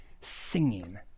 singing